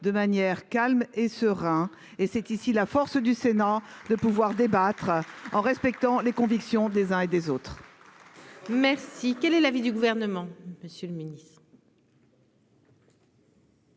de manière calme et serein et c'est ici la force du Sénat de pouvoir débattre en respectant les convictions des uns et des autres.